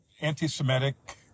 anti-Semitic